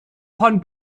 von